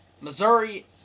Missouri